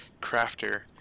Crafter